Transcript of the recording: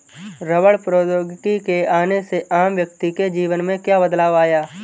रबड़ प्रौद्योगिकी के आने से आम व्यक्ति के जीवन में क्या बदलाव आया?